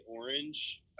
orange